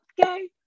okay